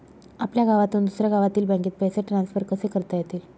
आपल्या गावातून दुसऱ्या गावातील बँकेत पैसे ट्रान्सफर कसे करता येतील?